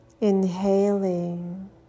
Inhaling